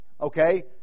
Okay